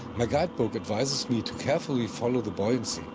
my guidebook advises me to carefully follow the buoyancy,